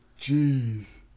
Jeez